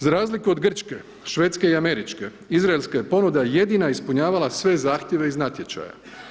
Za razliku od grčke, švedske i američke, izraelska je ponuda jedina ispunjavala sve zahtjeve iz natječaja.